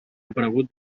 aparegut